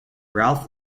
ralph